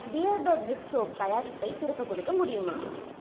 Beardo பிரிக் soap தயாரிப்பை திருப்பிக் கொடுக்க முடியுமா